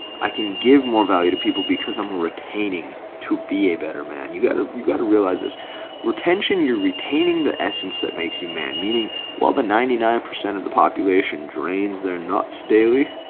i can give more value to people because i'm retaining to be a better man. you gotta you gotta realize this retention your retaining the essence that makes you man meaning while the ninety nine percent of the population drains they're not so daily,